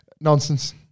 Nonsense